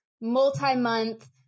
multi-month